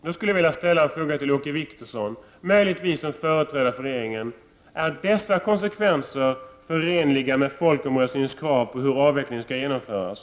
Jag skulle därför vilja ställa en fråga till Åke Wictorsson, möjligtvis som företrädare för regeringen: Är dessa konsekvenser förenliga med folkomröstningens krav på hur avvecklingen skall genomföras?